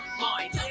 mind